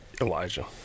Elijah